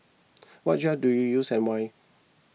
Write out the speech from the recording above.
what gel do you use and why